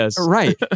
Right